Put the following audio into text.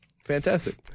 Fantastic